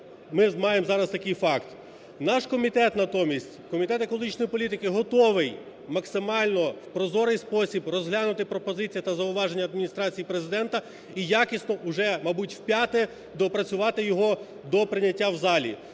ми маємо зараз такий факт. Наш комітет, натомість, Комітет екологічної політики готовий максимально в прозорий спосіб розглянути пропозиції та зауваження Адміністрації Президента і якісно уже, мабуть, в п'яте доопрацювати його до прийняття в залі.